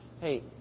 Hey